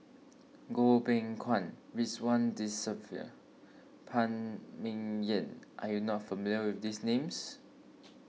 Goh Beng Kwan Ridzwan Dzafir Phan Ming Yen are you not familiar with these names